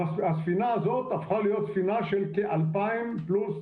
הספינה הזאת הפכה להיות ספינה של כ-2,000 פלוס טון.